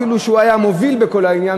אפילו שהוא היה מוביל בכל העניין,